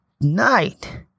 night